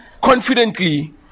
confidently